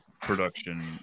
production